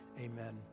amen